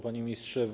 Panie Ministrze!